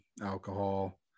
alcohol